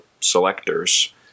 selectors